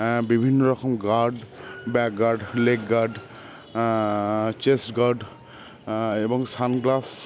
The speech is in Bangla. বিভিন্ন রকম guard back guard leg guard chest guard এবং সানগ্লাস